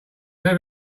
them